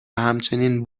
همچنین